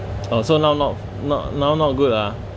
oh so now not not now not good ah